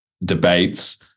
debates